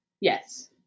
yes